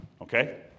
okay